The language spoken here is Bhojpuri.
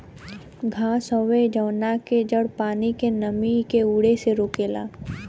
घास हवे जवना के जड़ पानी के नमी के उड़े से रोकेला